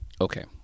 Okay